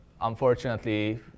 unfortunately